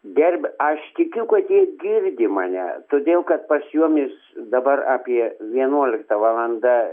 gerbia aš tikiu kad ji girdi mane todėl kad pas juomis dabar apie vienuolikta valanda